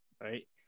right